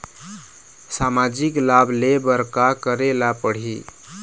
सामाजिक लाभ ले बर का करे ला पड़ही?